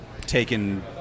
taken